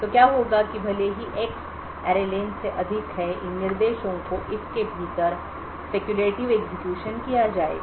तो क्या होगा कि भले ही एक्स array len से अधिक है इन निर्देशों को if के भीतर सट्टा निष्पादित स्पेक्युलेटिव एग्जीक्यूशन किया जाएगा